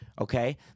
Okay